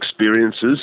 experiences